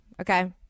okay